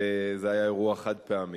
וזה היה אירוע חד-פעמי.